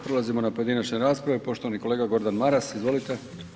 Prelazimo na pojedinačne rasprave, poštovani kolega Gordan Maras, izvolite.